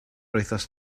wythnos